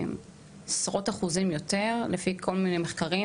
בעשרות אחוזים יותר לפי כל מיני מחקרים,